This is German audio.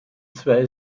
zwei